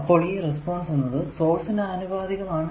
അപ്പോൾ ഈ റെസ്പോൺസ് എന്നത് സോഴ്സിന് ആനുപാതികമാണ്